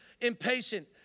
impatient